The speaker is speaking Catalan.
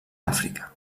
àfrica